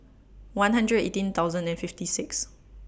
one hundred eighteen thousand and fifty six